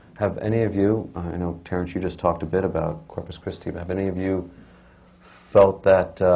have any of you i know, terrence, you just talked a bit about corpus christi and have any of you felt that,